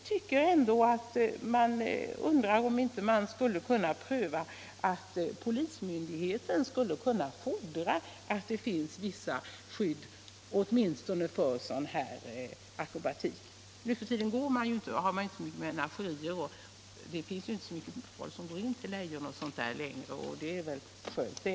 Och skulle man inte kunna pröva metoden att polismyndigheten fick rätt att fordra skyddsnät, åtminstone för sådana här luftakrobater? Nu för tiden finns det ju inte så mycket menagerier, det är inte så många som går in till lejon och tigrar längre — och det är väl skönt det!